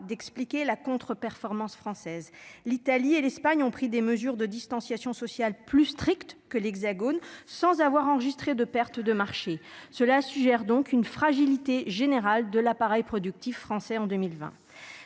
expliquer la contre-performance française. L'Italie et l'Espagne ont pris des mesures de distanciation sociale plus strictes que nous sans avoir enregistré de pertes de parts de marché. Cela laisse donc supposer une fragilité générale de l'appareil productif français en 2020.